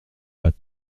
pas